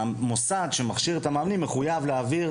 המוסד שמכשיר את המאמנים מחויב להעביר